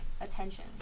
attention